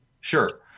Sure